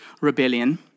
rebellion